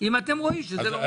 אם אתם רואים שזה לא מצליח.